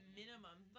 minimum